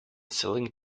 selling